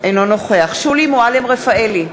אינו נוכח שולי מועלם-רפאלי,